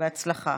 בהצלחה.